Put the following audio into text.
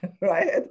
Right